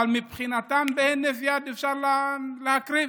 אבל מבחינתם בהינף יד אפשר להקריב.